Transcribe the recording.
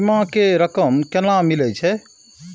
बीमा के रकम केना मिले छै?